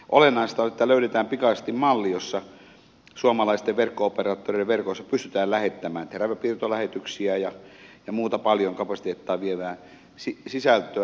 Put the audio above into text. olennaista on että löydetään pikaisesti malli jossa suomalaisten verkko operaattoreiden verkoissa pystytään lähettämään teräväpiirtolähetyksiä ja muuta paljon kapasiteettia vievää sisältöä